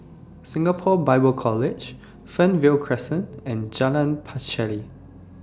Singapore Bible College Fernvale Crescent and Jalan Pacheli